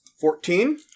Fourteen